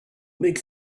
makes